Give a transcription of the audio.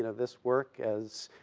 and this work as,